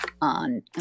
on